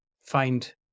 find